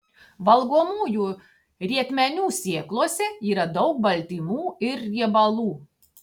valgomųjų rietmenių sėklose yra daug baltymų ir riebalų